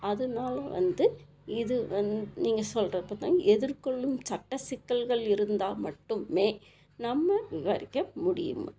அதுனால் வந்து இது வந் நீங்கள் சொல்கிறப்ப தான் எதிர்கொள்ளும் சட்ட சிக்கல்கள் இருந்தால் மட்டுமே நம்ம விவரிக்க முடியும்